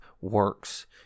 works